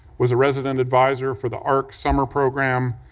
was a resident advisor for the arc summer program,